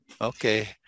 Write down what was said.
Okay